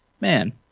man